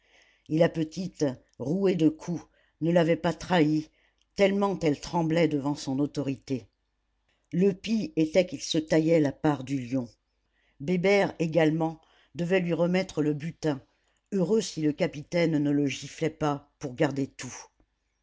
et la petite rouée de coups ne l'avait pas trahi tellement elle tremblait devant son autorité le pis était qu'il se taillait la part du lion bébert également devait lui remettre le butin heureux si le capitaine ne le giflait pas pour garder tout